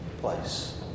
place